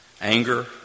anger